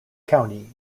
county